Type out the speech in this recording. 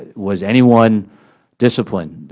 was anyone disciplined,